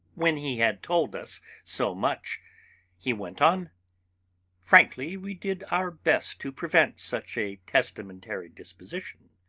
when he had told us so much he went on frankly we did our best to prevent such a testamentary disposition,